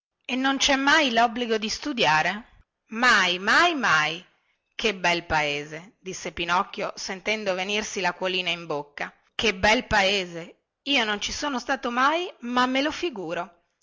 e non cè mai lobbligo di studiare mai mai mai che bel paese disse pinocchio sentendo venirsi lacquolina in bocca che bel paese io non ci sono stato mai ma me lo figuro